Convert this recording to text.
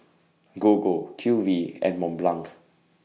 Gogo Q V and Mont Blanc